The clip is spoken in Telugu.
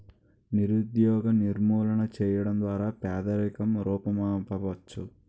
నిరుద్యోగ నిర్మూలన చేయడం ద్వారా పేదరికం రూపుమాపవచ్చు